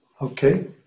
Okay